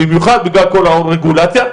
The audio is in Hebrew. במיוחד בגלל כל הרגולציה.